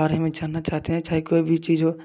और हम जानना चाहते हैं चाहे कोई भी चीज हो